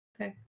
okay